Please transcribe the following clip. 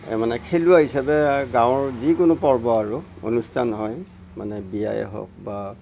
মানে খেলৰ হিচাপে গাঁৱৰ যিকোনো পৰ্ব আৰু অনুষ্ঠান হয় মানে বিয়াই হওক বা